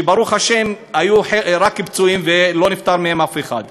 שברוך השם היו רק פצועים ולא נפטר אף אחד מהם,